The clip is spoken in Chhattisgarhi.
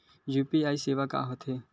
यू.पी.आई सेवा का होथे?